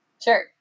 Sure